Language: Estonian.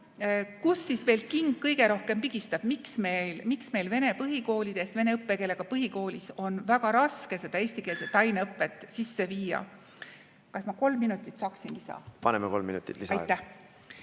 Kust king kõige rohkem pigistab? Miks meil vene põhikoolides, vene õppekeelega põhikoolis on väga raske seda eestikeelset aineõpet sisse viia? Kas ma kolm minutit saaksin lisaks? Paneme kolm minutit lisaaega. Aitäh!